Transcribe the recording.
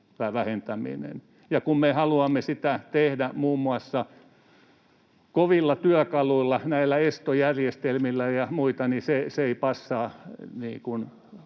vähentäminen, ja kun me haluamme sitä tehdä muun muassa kovilla työkaluilla, näillä estojärjestelmillä ja muilla, niin se ei passaa